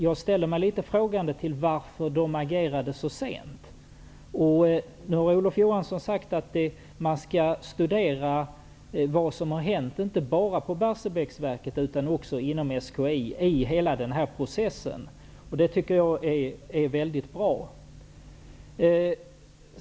Jag ställer mig dock litet frågande till varför den agerade så sent. Olof Johansson har sagt att man skall studera vad som har hänt, inte bara på Barsebäck utan också inom SKI, i hela den här processen. Det tycker jag är mycket bra.